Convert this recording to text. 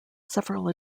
several